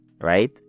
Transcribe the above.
Right